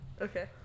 Okay